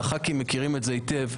חברי הכנסת מכירים את זה היטב,